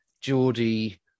Geordie